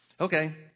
Okay